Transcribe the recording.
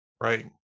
Right